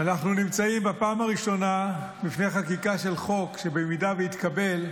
אנחנו נמצאים בפעם הראשונה בפני חקיקה של חוק שבמידה שיתקבל,